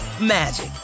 magic